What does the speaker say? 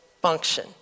function